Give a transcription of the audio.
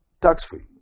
tax-free